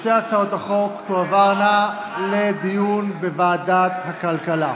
ושתי הצעות החוק תועברנה לדיון בוועדת הכלכלה.